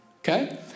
okay